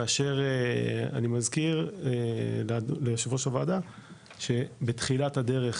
כאשר אני מזכיר ליושב ראש הוועדה שבתחילת הדרך,